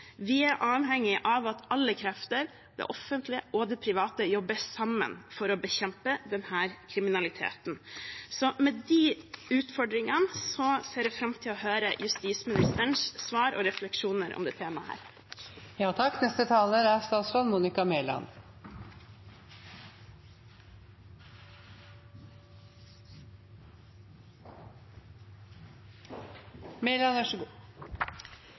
Vi er avhengig av at alle krefter, det offentlige og det private, jobber sammen for å bekjempe denne kriminaliteten. Med de utfordringene ser jeg fram til å høre justisministerens svar og refleksjoner om dette temaet. La meg innledningsvis være helt tydelig på at regjeringen prioriterer arbeidet mot økonomisk kriminalitet høyt. Økonomisk kriminalitet er